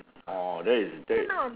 oh that is that